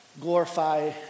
glorify